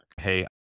Hey